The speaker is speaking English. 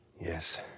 yes